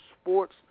sports